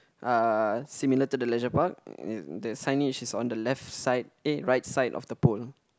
uh similar to the leisure park uh the signage is on the left side eh right side of the pole